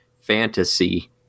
fantasy